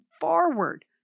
forward